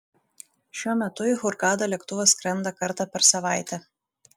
šiuo metu į hurgadą lėktuvas skrenda kartą per savaitę